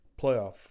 playoff